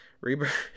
rebirth